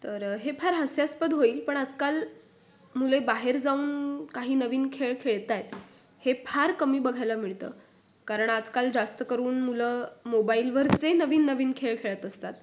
तर हे फार हास्यास्पद होईल पण आजकाल मुले बाहेर जाऊन काही नवीन खेळ खेळत आहेत हे फार कमी बघायला मिळतं कारण आजकाल जास्त करून मुलं मोबाईलवर जे नवीन नवीन खेळ खेळत असतात